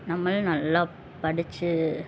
நம்மளும் நல்லா படித்து